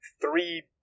three